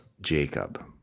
Jacob